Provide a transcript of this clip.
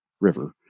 River